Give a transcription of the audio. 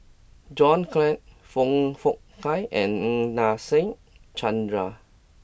John Clang Foong Fook Kay and Nadasen Chandra